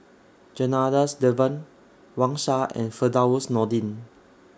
Janadas Devan Wang Sha and Firdaus Nordin